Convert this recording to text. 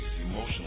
emotional